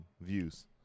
views